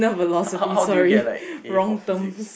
how how do you get like a for physics